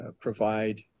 provide